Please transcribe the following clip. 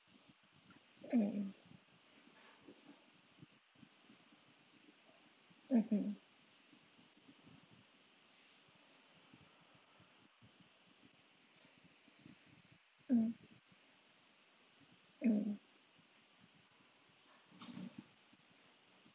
mm mm mmhmm mm mm